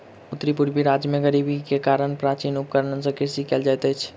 उत्तर पूर्वी राज्य में गरीबी के कारण प्राचीन उपकरण सॅ कृषि कयल जाइत अछि